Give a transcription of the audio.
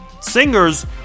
singers